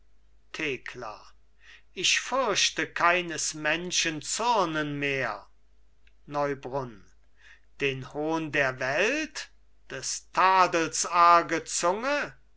thekla ich fürchte keines menschen zürnen mehr neubrunn den hohn der welt des tadels